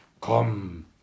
Come